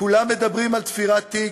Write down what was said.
כולם מדברים על תפירת תיק,